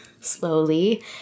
slowly